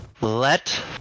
let